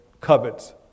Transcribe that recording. covets